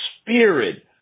spirit